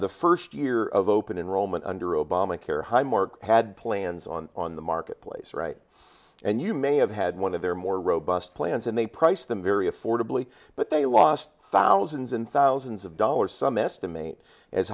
the first year of open enrollment under obamacare highmark had plans on on the marketplace right now you may have had one of their more robust plans and they priced them very affordably but they lost thousands and thousands of dollars some estimate as